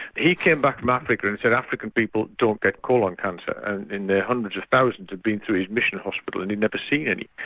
he came back from africa and said african people don't get colon cancer and in their hundreds of thousands had been through his mission hospital and he'd never seen any.